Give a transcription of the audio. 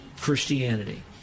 Christianity